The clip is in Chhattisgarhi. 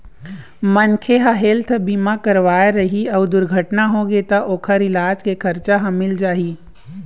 मनखे ह हेल्थ बीमा करवाए रही अउ दुरघटना होगे त ओखर इलाज के खरचा ह मिल जाही